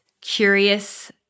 curious